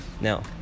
Now